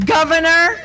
Governor